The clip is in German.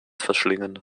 verschlingen